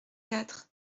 quatre